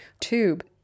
Tube